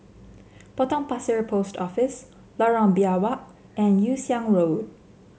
Potong Pasir Post Office Lorong Biawak and Yew Siang Road